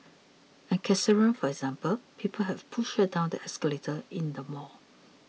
and Cassandra for example people have pushed her down the escalator in the mall